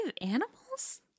animals